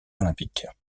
olympiques